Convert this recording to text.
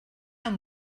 amb